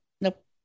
nope